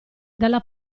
dalla